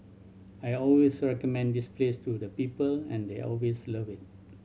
I always recommend this place to the people and they always love it